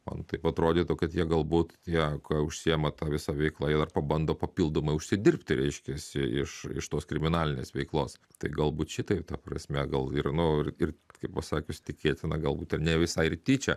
man taip atrodytų kad jie galbūt tiek užsiima ta visa veikla jie dar pabando papildomai užsidirbti reiškiasi iš iš tos kriminalinės veiklos tai galbūt šitaip ta prasme gal ir nu ir ir kaip pasakius tikėtina galbūt ir ne visai ir tyčia